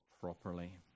properly